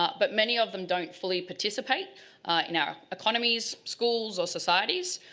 but but many of them don't fully participate in our economies, schools or societies.